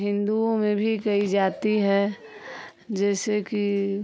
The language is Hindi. हिन्दुओं में भी कई जाति है जैसे कि